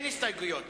נתקבל.